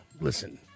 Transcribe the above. listen